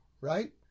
Right